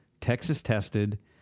Texas-tested